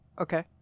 Okay